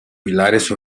pilares